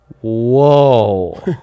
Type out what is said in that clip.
Whoa